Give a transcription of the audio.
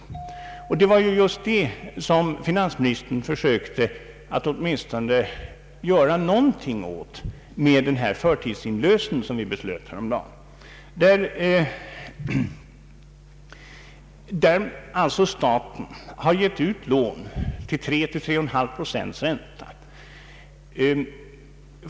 Det var just detta som finansministern åtminstone försökte göra någonting åt med den förtidsinlösen som vi beslöt häromdagen. Staten har givit ut lån till 3—3,5 procents ränta.